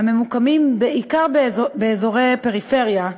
הממוקמים בעיקר באזורי פריפריה,